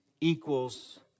equals